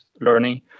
learning